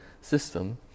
system